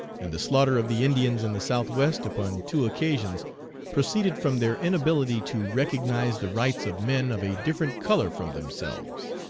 and the slaughter of the indians in the south west upon two occasions proceeded from their inability to recognize the rights of men of a different color from themselves.